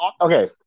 Okay